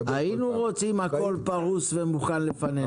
היינו רוצים הכול פרוס ומוכן לפנינו,